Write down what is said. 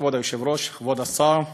כבוד היושב-ראש, כבוד השר,